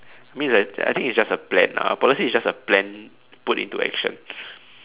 mean I I think it's just a plan lah a policy is just a plan put into action